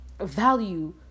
value